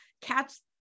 Cats